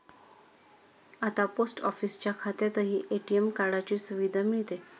आता पोस्ट ऑफिसच्या खात्यातही ए.टी.एम कार्डाची सुविधा मिळते